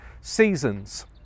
seasons